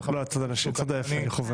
לאזרחי ישראל שיש מי שסופר אותם.